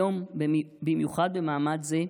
היום, במיוחד במעמד זה,